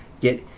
get